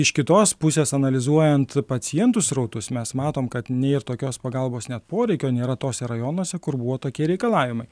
iš kitos pusės analizuojant pacientų srautus mes matom kad nėr tokios pagalbos net poreikio nėra tuose rajonuose kur buvo tokie reikalavimai